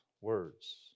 words